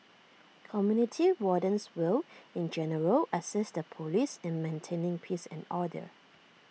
community wardens will in general assist the Police in maintaining peace and order